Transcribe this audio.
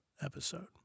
episode